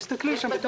תסתכלי שם.